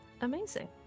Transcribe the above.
Amazing